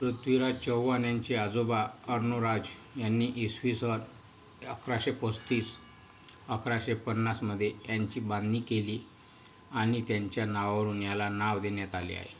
पृथ्वीराज चौहान यांचे आजोबा अर्णोराज यांनी इसवी सन अकराशे पस्तीस अकराशे पन्नासमध्ये यांची बांधणी केली आणि त्यांच्या नावावरून याला नाव देण्यात आले आहे